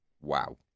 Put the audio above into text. Wow